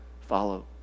follow